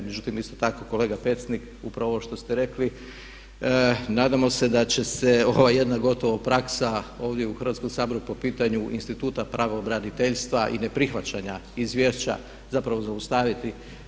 Međutim, isto tako kolega Pecnik, upravo ovo što ste rekli, nadamo se da će se ova jedna gotovo praksa ovdje u Hrvatskom saboru po pitanju instituta pravobraniteljstva i ne prihvaćanja izvješća zapravo zaustaviti.